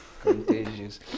contagious